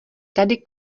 tady